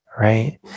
right